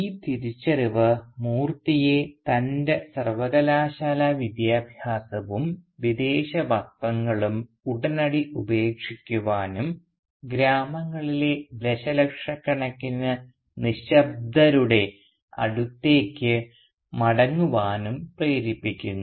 ഈ തിരിച്ചറിവ് മൂർത്തിയെ തൻറെ സർവകലാശാലാ വിദ്യാഭ്യാസവും വിദേശ വസ്ത്രങ്ങളും ഉടനടി ഉപേക്ഷിക്കുവാനും ഗ്രാമങ്ങളിലെ ദശലക്ഷക്കണക്കിന് നിശബ്ദതരുടെ അടുത്തേയ്ക്കു മടങ്ങുവാനും പ്രേരിപ്പിക്കുന്നു